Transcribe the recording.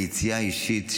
מיציאה אישית,